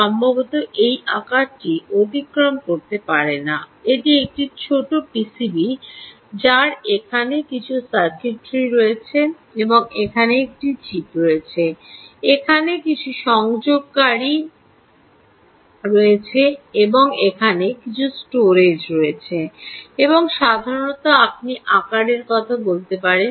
সম্ভবত এই আকারটি অতিক্রম করতে পারে না এটি একটি ছোট পিসিবি যার এখানে কিছু সার্কিটরি রয়েছে এখানে একটি চিপ রয়েছে এখানে কিছু সংযোগকারী রয়েছে এবং এখানে কিছু স্টোরেজ রয়েছে এবং সাধারণত আপনি আকারের কথা বলতে পারেন